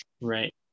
right